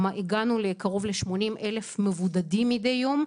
הגענו קרוב ל-80,000 מבודדים מדי יום.